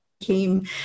Came